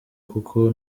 kuko